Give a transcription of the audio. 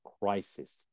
crisis